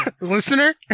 listener